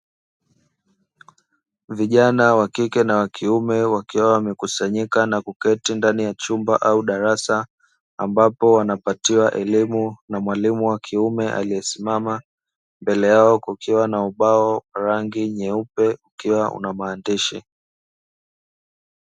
Vijana wa kike na wa kiume wakiwa wamekusanyika na kuketi ndani ya chumba au darasa ambapo wanapatiwa elimu na mwalimu wa kiume aliyesimama. Mbele yao kukiwa na ubao wa rangi nyeupe ukiwa una maandishi.